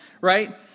right